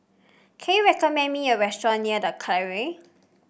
can you recommend me a restaurant near The Colonnade